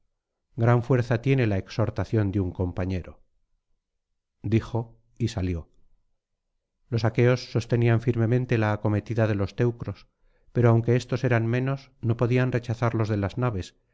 gran fuerza tiene la exhortación de un compañero dijo y salió los aqueos sostenían firmemente la acometida de los teucros pero aunque éstos eran menos no podían rechazarlos délas naves